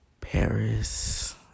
Paris